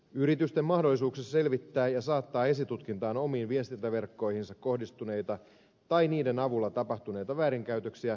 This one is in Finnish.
yritysten mahdollisuuksissa selvittää ja saattaa esitutkintaan omiin viestintäverkkoihinsa kohdistuneita tai niiden avulla tapahtuneita väärinkäytöksiä on hankaluuksia